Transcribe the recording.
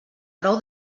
prou